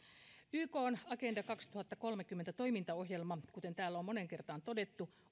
ykn agenda kaksituhattakolmekymmentä toimintaohjelma on jopa historiallisesti tärkeä prosessi kuten täällä on moneen kertaan todettu